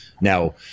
Now